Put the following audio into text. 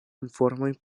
informojn